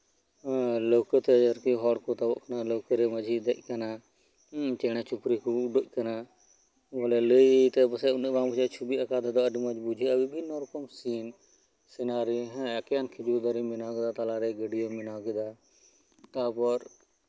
ᱱᱟᱹᱣᱠᱟᱹ ᱛᱮ ᱦᱚᱲ ᱠᱚ ᱛᱟᱵᱚᱜ ᱠᱟᱱᱟ ᱱᱟᱹᱣᱠᱟᱹᱨᱮ ᱢᱟᱸᱡᱷᱤᱭ ᱫᱮᱡ ᱟᱠᱟᱱᱟ ᱪᱮᱬᱮ ᱪᱩᱯᱲᱤ ᱠᱚ ᱩᱰᱟᱹᱜ ᱠᱟᱱᱟ ᱵᱚᱞᱮ ᱞᱟᱹᱭᱛᱮ ᱯᱟᱪᱮᱫ ᱩᱱᱟᱹᱜ ᱵᱟᱝ ᱵᱩᱡᱷᱟᱹᱜ ᱪᱷᱚᱵᱤ ᱟᱠᱟᱣ ᱛᱮᱫᱚ ᱟᱹᱰᱤ ᱢᱚᱸᱡᱽ ᱵᱩᱡᱷᱟᱹᱜᱼᱟ ᱵᱤᱵᱷᱤᱱᱱᱚ ᱨᱚᱠᱚᱢ ᱥᱤᱱ ᱥᱤᱱᱟᱨᱤ ᱦᱮᱸ ᱮᱠᱮᱱ ᱠᱷᱤᱡᱩᱨ ᱫᱟᱨᱮᱢ ᱵᱮᱱᱟᱣ ᱠᱮᱫᱟ ᱛᱟᱞᱟᱨᱮ ᱜᱟᱹᱰᱭᱟᱹᱢ ᱵᱮᱱᱟᱣ ᱠᱮᱫᱟ ᱛᱟᱨᱯᱚᱨ